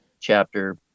chapter